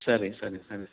ಸರಿ ಸರಿ ಸರಿ